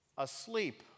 asleep